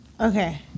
Okay